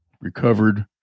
recovered